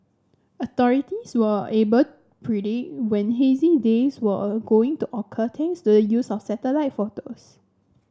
authorities were able predict when hazy days were going to occur thanks the use of satellite photos